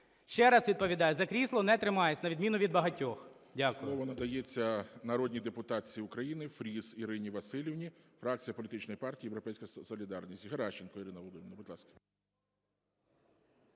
Ще раз відповідаю: за крісло не тримаюсь, на відміну від багатьох. Веде